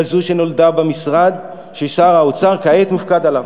כזאת שנולדה במשרד ששר האוצר כעת מופקד עליו.